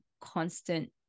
constant